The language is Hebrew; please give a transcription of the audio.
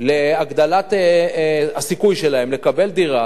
להגדלת הסיכוי שלהם לקבל דירה.